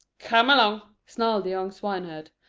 kerm along, snarled the young swineherd.